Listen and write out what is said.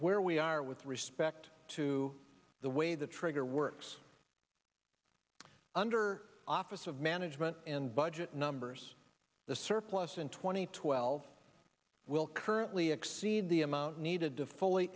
where we are with respect to the way the trigger works under office of management and budget numbers the surplus in two thousand and twelve will currently exceed the amount needed to fully